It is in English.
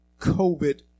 COVID